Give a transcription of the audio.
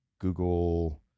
Google